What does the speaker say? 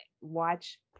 watch